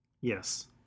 Yes